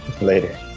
Later